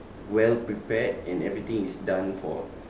well prepared and everything is done for